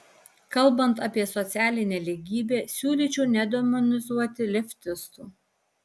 kalbant apie socialinę lygybę siūlyčiau nedemonizuoti leftistų